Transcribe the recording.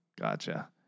Gotcha